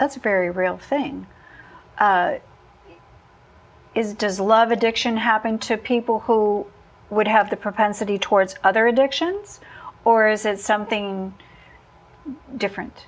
that's a very real thing is does love addiction happen to people who would have the propensity towards other addictions or is it something different